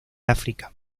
áfrica